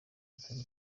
atari